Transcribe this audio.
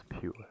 pure